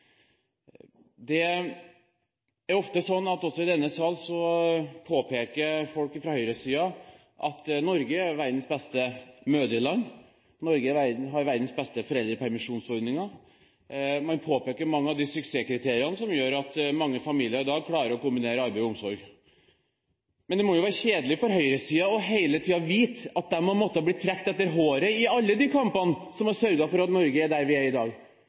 Også i denne sal er det ofte slik at folk fra høyresiden påpeker at Norge er verdens beste «mødreland», at Norge har verdens beste foreldrepermisjonsordninger. Man påpeker mange av de suksesskriteriene som gjør at mange familier i dag klarer å kombinere arbeid og omsorg. Men det må jo være kjedelig for høyresiden hele tiden å vite at de har måttet bli trukket etter håret i alle de kampene som har sørget for at Norge er der vi er i dag